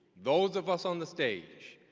those of us on the stage,